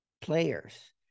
players